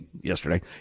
yesterday